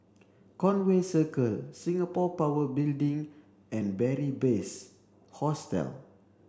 Conway Circle Singapore Power Building and Beary Best Hostel